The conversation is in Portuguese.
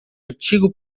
antigo